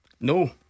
No